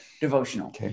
devotional